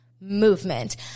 movement